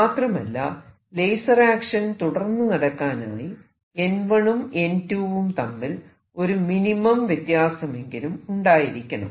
മാത്രമല്ല laser action തുടർന്ന് നടക്കാനായി n 1 ഉം n 2 ഉം തമ്മിൽ ഒരു മിനിമം വ്യത്യാസമെങ്കിലും ഉണ്ടായിരിക്കണം